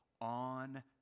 on